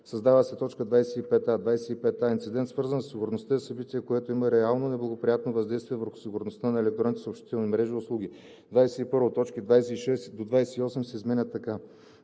Създава се т. 25а: „25а. „Инцидент, свързан със сигурността“ е събитие, което има реално неблагоприятно въздействие върху сигурността на електронните съобщителни мрежи и услуги.“ 21. Точки 26 – 28 се изменят така: